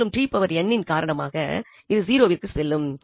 மேலும் இந்தஇன் காரணமாக இது 0 விற்கு செல்லும்